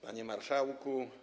Panie Marszałku!